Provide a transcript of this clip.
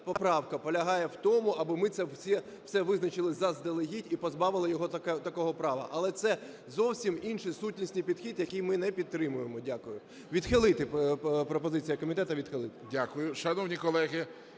поправка полягає в тому, аби ми це все визначили заздалегідь і позбавили його такого права. Але це зовсім інша сутність і підхід, який ми не підтримуємо. Дякую. Відхилити, пропозиція комітету: